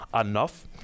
enough